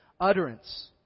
utterance